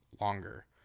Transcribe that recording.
longer